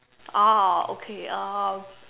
oh okay um